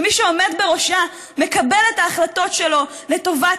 שמי שעומד בראשה מקבל את ההחלטות שלו לטובת